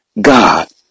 God